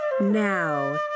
Now